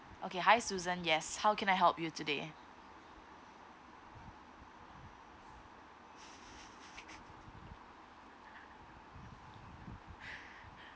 okay hi susan yes how can I help you today